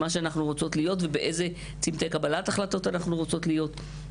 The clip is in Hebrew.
על מה שאנחנו רוצות להיות ובאיזה צומתי קבלת החלטות אנחנו רוצות להיות.